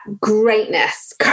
greatness